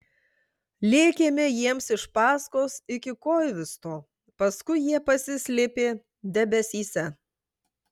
lėkėme jiems iš paskos iki koivisto paskui jie pasislėpė debesyse